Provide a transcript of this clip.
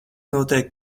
notiek